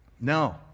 no